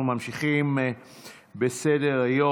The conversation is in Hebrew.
אנחנו ממשיכים בסדר-היום.